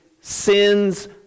sin's